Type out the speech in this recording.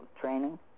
training